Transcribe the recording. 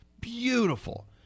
Beautiful